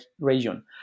region